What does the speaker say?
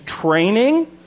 training